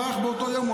הוא ברח באותו יום,